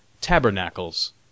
TABERNACLES